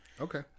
Okay